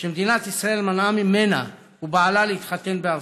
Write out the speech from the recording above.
שמדינת ישראל מנעה ממנה ומבעלה להתחתן בארצה: